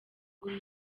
guha